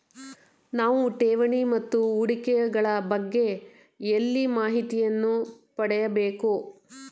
ನಾವು ಠೇವಣಿ ಮತ್ತು ಹೂಡಿಕೆ ಗಳ ಬಗ್ಗೆ ಎಲ್ಲಿ ಮಾಹಿತಿಯನ್ನು ಪಡೆಯಬೇಕು?